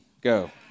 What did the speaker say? go